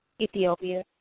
Ethiopia